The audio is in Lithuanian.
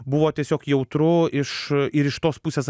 buvo tiesiog jautru iš ir iš tos pusės